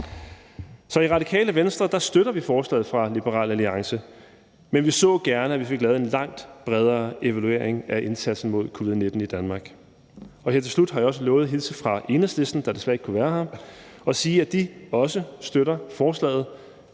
Så i Radikale Venstre støtter vi forslaget fra Liberal Alliance, men vi så gerne, at vi fik lavet en langt bredere evaluering af indsatsen mod covid-19 i Danmark. Her til slut har jeg også lovet at hilse fra Enhedslisten, der desværre ikke kunne være her, og sige, at de også støtter forslaget,